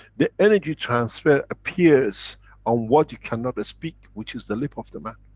the energy transfer appears on what you cannot speak, which is the lip of the man.